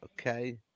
okay